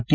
T